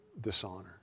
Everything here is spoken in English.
dishonor